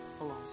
alone